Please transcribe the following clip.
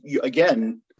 again